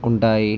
ఉంటాయి